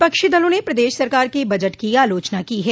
विपक्षी दलों ने प्रदेश सरकार के बजट की आलोचना की है